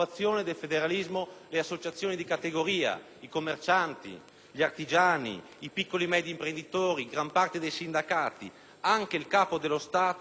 gli artigiani, i piccoli e medi imprenditori, gran parte dei sindacati. Anche il Capo dello Stato ha definito ineludibile l'approdo al federalismo fiscale.